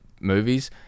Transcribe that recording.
movies